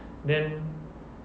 then